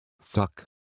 fuck